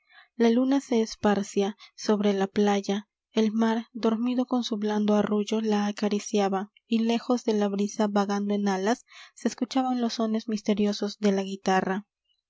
la luna se esparcia sobre la playa el mar dormido con su blando arrullo la acariciaba y léjos de la brisa vagando en alas se escuchaban los sones misteriosos de la guitarra